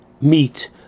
meat